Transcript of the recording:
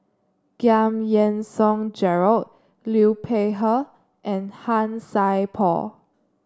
Giam Yean Song Gerald Liu Peihe and Han Sai Por